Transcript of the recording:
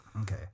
Okay